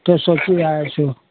त्यो सोचिरहेको छु